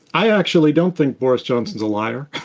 i actually don't think boris johnson's a liar.